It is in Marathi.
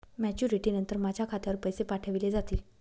मॅच्युरिटी नंतर माझ्या खात्यावर पैसे पाठविले जातील?